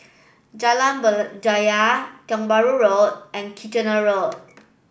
Jalan Berjaya Tiong Bahru Road and Kitchener Road